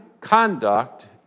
conduct